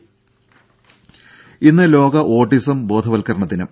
രംഭ ഇന്ന് ലോക ഓട്ടിസം ബോധവവൽക്കരണ ദിനം